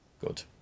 Good